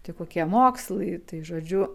tai kokie mokslai tai žodžiu